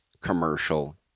commercial